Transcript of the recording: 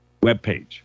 webpage